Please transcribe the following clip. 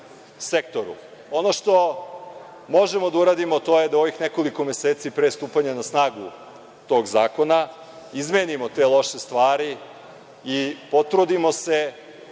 što možemo da uradimo, to je da u ovih nekoliko meseci pre stupanja na snagu tog zakona izmenimo te loše stvari i potrudimo se